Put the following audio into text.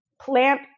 plant